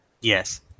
Yes